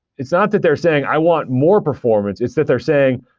it's not that they're saying, i want more performance. it's that they're saying,